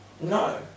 No